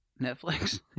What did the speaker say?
Netflix